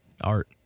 Art